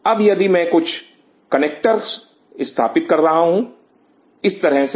अब यदि मैं कुछ कनेक्टर स्थापित करता हूं इस तरह से